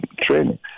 training